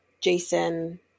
jason